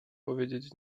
powiedzieć